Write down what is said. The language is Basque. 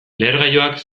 lehergailuak